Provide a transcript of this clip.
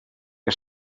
que